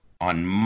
on